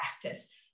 practice